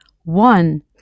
One